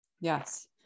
Yes